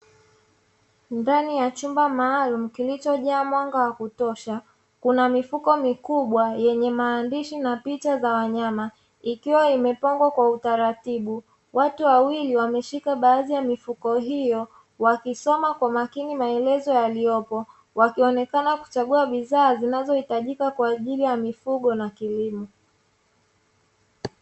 Ndani ya chumba maalumu kilichojaa mwanga wa kutosha, kuna mifuko mikubwa yenye maandishi na picha za wanyama, ikiwa imepangwa kwa utaratibu. Watu wawili wameshika baadhi ya mifuko hiyo wakisoma kwa umakini maelezo yaliyopo, wakionekana wakichagua bidhaa kwa ajili ya mifugo na kilimo.